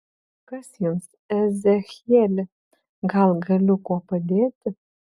kas jums ezechieli gal galiu kuo padėti